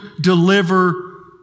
deliver